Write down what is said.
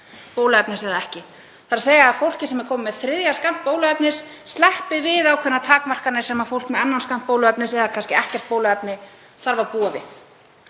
bóluefnis eða ekki, þ.e. að fólkið sem komið er með þriðja skammt bóluefnis sleppi við ákveðnar takmarkanir sem fólk með annan skammt bóluefnis eða kannski ekkert bóluefni þarf að búa við.